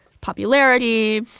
popularity